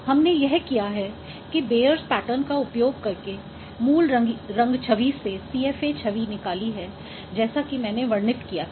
हमने यह किया है कि बेयर्स पैटर्न Bayer's pattern का उपयोग करके मूल रंग छवि से CFA छवि निकाली है जैसा कि मैंने वर्णित किया था